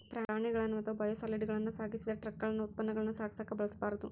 ಪ್ರಾಣಿಗಳನ್ನ ಅಥವಾ ಬಯೋಸಾಲಿಡ್ಗಳನ್ನ ಸಾಗಿಸಿದ ಟ್ರಕಗಳನ್ನ ಉತ್ಪನ್ನಗಳನ್ನ ಸಾಗಿಸಕ ಬಳಸಬಾರ್ದು